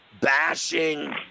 bashing